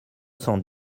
cent